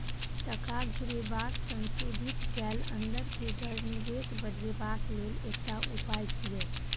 टका घुरेबाक संशोधित कैल अंदर के दर निवेश बढ़ेबाक लेल एकटा उपाय छिएय